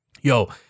yo